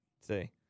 See